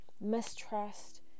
mistrust